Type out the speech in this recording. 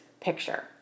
picture